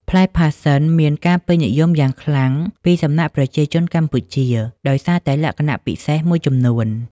ផ្លែផាសសិនមានការពេញនិយមយ៉ាងខ្លាំងពីសំណាក់ប្រជាជនកម្ពុជាដោយសារតែលក្ខណៈពិសេសមួយចំនួន។